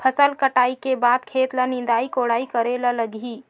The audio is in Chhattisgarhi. फसल कटाई के बाद खेत ल निंदाई कोडाई करेला लगही?